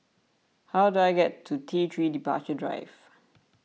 how do I get to T three Departure Drive